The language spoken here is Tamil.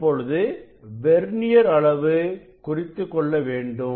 இப்பொழுது வெர்னியர் அளவு குறித்துக்கொள்ள வேண்டும்